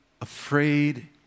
Afraid